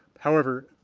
however,